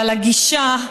אבל הגישה,